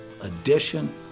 edition